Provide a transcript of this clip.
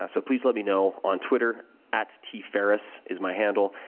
ah so, please let me know on twitter at tferriss is my handle.